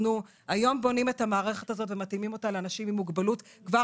היום בונים את המערכת הזאת ומתאימים אותה לאנשים עם מוגבלות כבר